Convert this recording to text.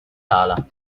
lala